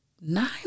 Nine